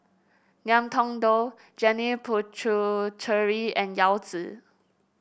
Ngiam Tong Dow Janil Puthucheary and Yao Zi